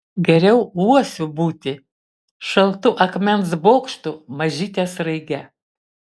geriau uosiu būti šaltu akmens bokštu mažyte sraige